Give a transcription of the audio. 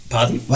Pardon